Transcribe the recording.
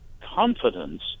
confidence